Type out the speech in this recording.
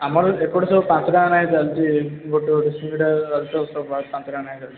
ଆମର ଏପଟେ ସବୁ ପାଞ୍ଚ ଟଙ୍କା ନେଖା ଚାଲଛି ଗୋଟେ ଗୋଟେ ସିଙ୍ଗଡ଼ା ଆଳୁଚପ୍ ସବୁ ପାଞ୍ଚ ଟଙ୍କା ନେଖା ଚାଲୁଛି